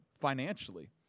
financially